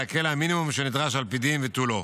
המינימום שנדרש על פי דין ותו לא.